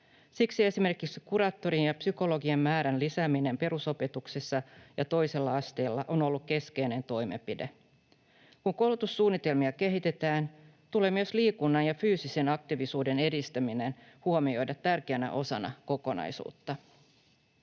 Siksi esimerkiksi kuraattorien ja psykologien määrän lisääminen perusopetuksessa ja toisella asteella on ollut keskeinen toimenpide. Kun koulutussuunnitelmia kehitetään, tulee myös liikunnan ja fyysisen aktiivisuuden edistäminen huomioida tärkeänä osana kokonaisuutta.